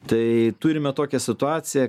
tai turime tokią situaciją